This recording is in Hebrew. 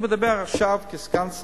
אני מדבר עכשיו כסגן שר,